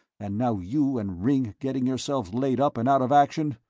and now you and ringg getting yourselves laid up and out of action?